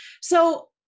So-